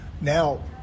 Now